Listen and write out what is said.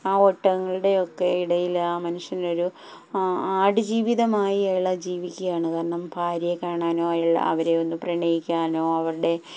ആ ഒട്ടകങ്ങളുടെ ഒക്കെ ഇടയിൽ ആ മനുഷ്യനൊരു ആട് ജീവിതമായി ഇയാൾ ജീവിക്കുകയാണ് കാരണം ഭാര്യ കാണാനോ അവരെ ഒന്ന് പ്രണയിക്കാനോ അവരുടെ